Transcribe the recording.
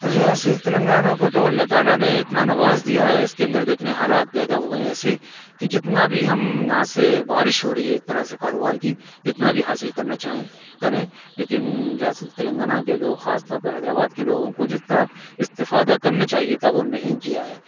ریاست تنگانہ کو تو اللہ تعالیٰ نے اتنا نواز دیا ہے اس کے اندر جو اتنا حالات پیدا ہوئے ہیں ایسے کہ جتنا بھی ہم یہاں سے بارش ہو رہی ہے ایک طرح سے کاروبار کی جتنا بھی حاصل کرنا چاہیں کریں لیکن جیسے تلنگانہ کے لوگ خاص طور پہ حیدر آباد کے لوگوں کو جس طرح استفادہ کرنا چاہیے تھا وہ نہیں کیا ہے